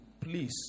Please